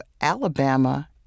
Alabama